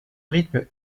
rythme